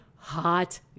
Hot